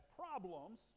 problems